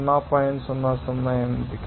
008 ఉంది